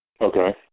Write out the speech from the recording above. Okay